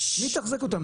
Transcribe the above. מי יתחזק אותם?